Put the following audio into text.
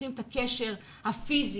צריכים את הקשר הפיזי.